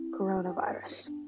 coronavirus